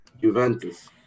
Juventus